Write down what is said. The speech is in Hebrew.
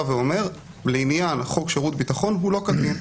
ואומר: לעניין חוק שירות ביטחון הוא לא קטין.